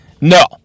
No